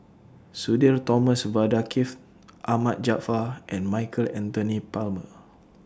Sudhir Thomas Vadaketh Ahmad Jaafar and Michael Anthony Palmer